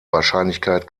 wahrscheinlichkeit